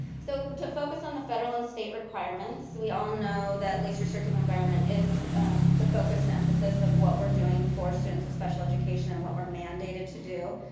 so to focus on the federal and state requirements, we all know that least restrictive environment is the focus and emphasis of what we're doing for students with special education and what we're mandated to do.